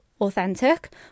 authentic